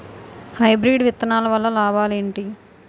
Hybrid విత్తనాలు వల్ల లాభాలు ఏంటి?